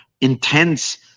intense